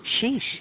Sheesh